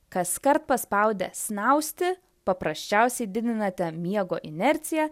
kaskart paspaudę snausti paprasčiausiai didinate miego inerciją